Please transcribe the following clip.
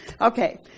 Okay